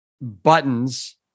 buttons